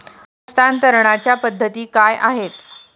हस्तांतरणाच्या पद्धती काय आहेत?